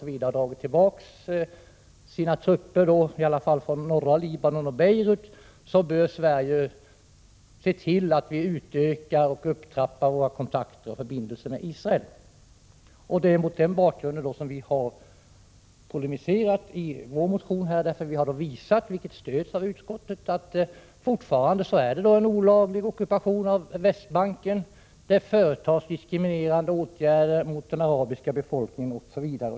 samt dragit tillbaka trupperna åtminstone från norra Libanon och från Beirut, så bör vi i Sverige se till att vi utökar och upptrappar våra kontakter och våra förbindelser med Israel. I motionen har vi visat att det fortfarande förekommer — ett uttalande som stöds av utskottet — en olaglig ockupation av Västbanken, att det företas diskriminerande åtgärder mot den arabiska befolkningen osv.